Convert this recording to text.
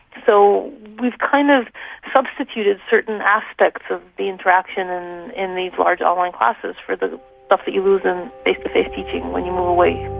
so we've kind of substituted certain aspects of the interaction in in these large online classes for the stuff that you lose in face-to-face teaching when you move away